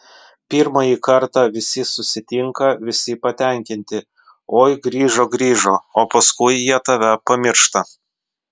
pirmąjį kartą visi susitinka visi patenkinti oi grįžo grįžo o paskui jie tave pamiršta